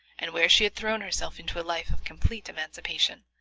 and where she had thrown herself into a life of complete emancipation.